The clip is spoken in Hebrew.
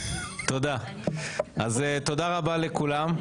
תודה רבה לכולם.